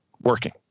working